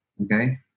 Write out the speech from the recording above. okay